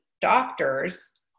doctors